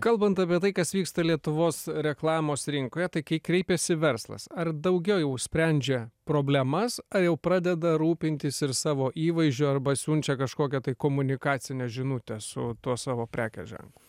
kalbant apie tai kas vyksta lietuvos reklamos rinkoje tai kai kreipiasi verslas ar daugiau jau sprendžia problemas ar jau pradeda rūpintis ir savo įvaizdžiu arba siunčia kažkokią tai komunikacinę žinutę su tuo savo prekės ženklu